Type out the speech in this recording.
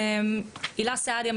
הילה סעדיה,